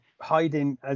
hiding